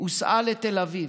הוסעה לתל אביב.